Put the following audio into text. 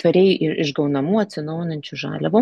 tvariai išgaunamų atsinaujinančių žaliavų